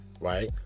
right